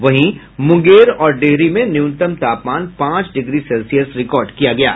वहीं मुंगेर और डिहरी में न्यूनतम तापमान पांच डिग्री सेल्सियस रिकॉर्ड किया गया है